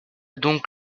donc